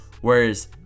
Whereas